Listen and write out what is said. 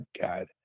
god